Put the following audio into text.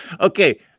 Okay